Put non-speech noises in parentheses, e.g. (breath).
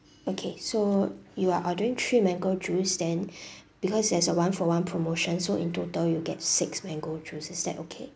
okay so you are ordering three mango juice then (breath) because there's a one for one promotion so in total you get six mango is that okay